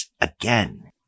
again